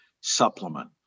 supplement